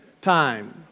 time